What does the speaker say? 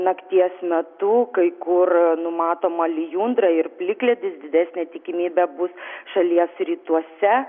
nakties metu kai kur numatoma lijundra ir plikledis didesnė tikimybė bus šalies rytuose